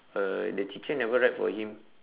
uh the teacher never write for him